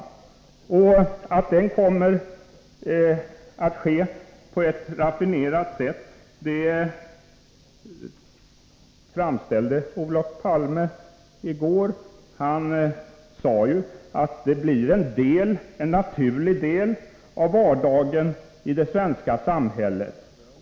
Det framgår av Olof Palmes inlägg i går att övergången kommer att ske på ett raffinerat sätt. Han sade att fondsystemet blir en naturlig del av vardagen i det svenska samhället.